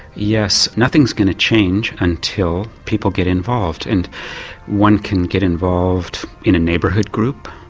yes, nothing is going to change until people get involved, and one can get involved in a neighbourhood group,